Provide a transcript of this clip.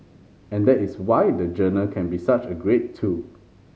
and that is why the journal can be such a great tool